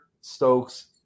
Stokes